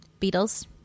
Beatles